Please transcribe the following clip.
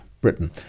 britain